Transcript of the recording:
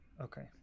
Okay